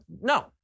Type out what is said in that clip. no